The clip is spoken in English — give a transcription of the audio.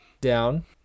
down